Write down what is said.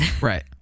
Right